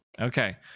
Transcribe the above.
Okay